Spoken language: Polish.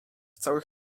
całych